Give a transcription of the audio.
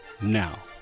now